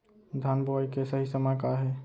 धान बोआई के सही समय का हे?